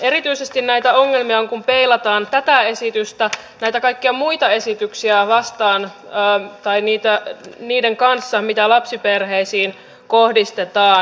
erityisesti näitä ongelmia on kun peilataan tätä esitystä viedä kaikkia muita esityksiä vastaan näiden kaikkien muiden esitysten kanssa mitä lapsiperheisiin kohdistetaan